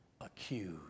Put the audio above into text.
accused